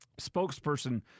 spokesperson